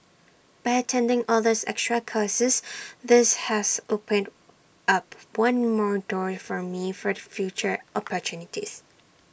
by attending all these extra courses this has opened up one more door for me for future opportunities